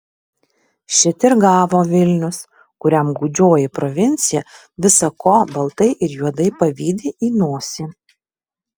šit ir gavo vilnius kuriam gūdžioji provincija visa ko baltai ir juodai pavydi į nosį